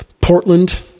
Portland